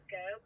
go